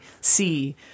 see